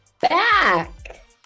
back